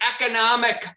economic